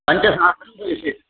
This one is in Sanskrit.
पञ्चरात्रिः विषयः